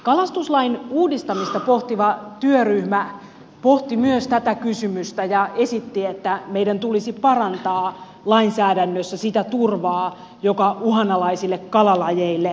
kalastuslain uudistamista pohtiva työryhmä pohti myös tätä kysymystä ja esitti että meidän tulisi parantaa lainsäädännössä sitä turvaa joka uhanalaisille kalalajeille annetaan